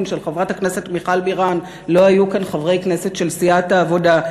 של חברת הכנסת מיכל בירן לא היו כאן חברי כנסת של סיעת העבודה.